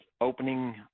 opening